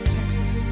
Texas